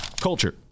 Culture